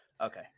Okay